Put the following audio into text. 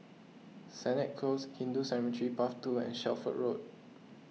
Sennett Close Hindu Cemetery Path two and Shelford Road